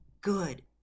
good